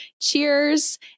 cheers